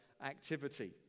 activity